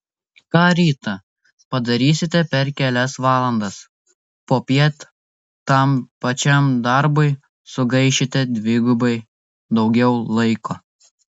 ką rytą padarysite per kelias valandas popiet tam pačiam darbui sugaišite dvigubai daugiau laiko